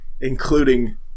including